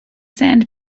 sand